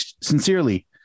sincerely